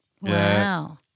Wow